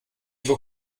über